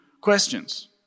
questions